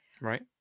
right